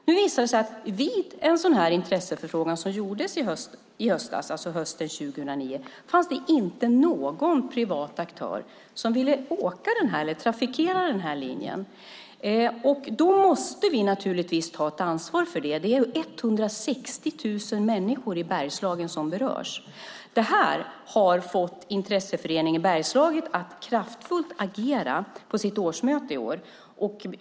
Nu visar det sig att vid en intresseförfrågan som gjordes i höstas, hösten 2009, fanns det inte någon privat aktör som ville trafikera linjen. Då måste vi ta ansvar för det. 160 000 människor i Bergslagen berörs. Det här fick Intresseföreningen Bergslaget att kraftfullt agera på sitt årsmöte i år.